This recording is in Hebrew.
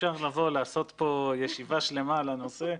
אפשר לבוא ולעשות כאן ישיבה שלמה על הנושא.